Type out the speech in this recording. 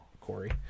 Corey